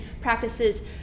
practices